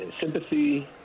sympathy